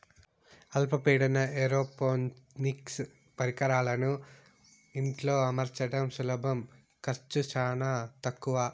అల్ప పీడన ఏరోపోనిక్స్ పరికరాలను ఇంట్లో అమర్చడం సులభం ఖర్చు చానా తక్కవ